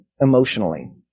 emotionally